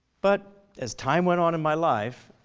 but as time went on in my life,